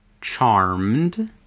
charmed